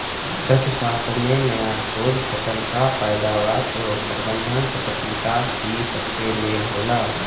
कृषिशास्त्र में नया खोज, फसल कअ पैदावार एवं प्रबंधन, सतत विकास इ सबके मेल होला